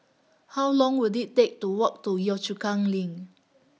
How Long Will IT Take to Walk to Yio Chu Kang LINK